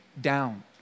down